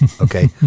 Okay